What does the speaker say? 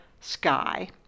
sky